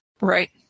right